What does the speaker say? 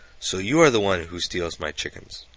so you are the one who steals my chickens!